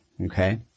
Okay